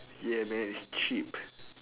ya man it's cheap